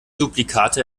duplikate